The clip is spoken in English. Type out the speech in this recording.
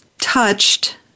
touched